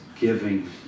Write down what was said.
giving